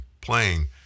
playing